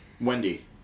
Wendy